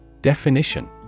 Definition